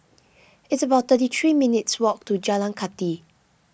it's about thirty three minutes' walk to Jalan Kathi